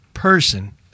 person